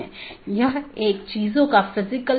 तो यह दूसरे AS में BGP साथियों के लिए जाना जाता है